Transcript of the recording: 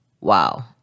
Wow